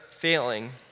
failing